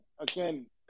Again